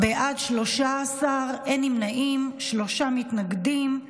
בעד, 13, אין נמנעים, שלושה מתנגדים.